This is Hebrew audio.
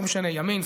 לא משנה ימין,